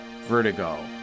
vertigo